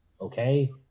okay